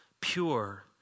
pure